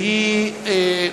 והן